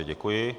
Děkuji.